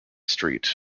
street